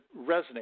resonate